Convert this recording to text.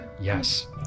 Yes